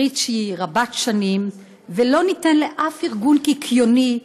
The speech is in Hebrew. ברית שהיא רבת שנים, לא ניתן לשום ארגון קיקיוני,